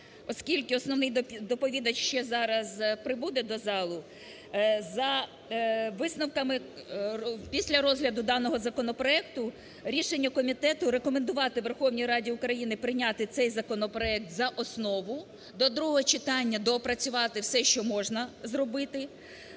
Оскільки основний доповідач ще зараз прибуде до залу, за висновками, після розгляду даного законопроекту рішення комітету рекомендувати Верховній Раді України прийняти цей законопроект за основу, до другого читання доопрацювати все, що можна зробити.